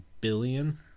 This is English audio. billion